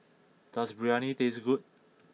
does Biryani taste good